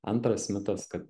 antras mitas kad